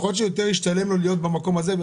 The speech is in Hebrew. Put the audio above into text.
יכול להיות שיותר ישתלם לו להיות במקום הזה.